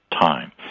time